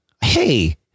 Hey